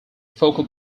focal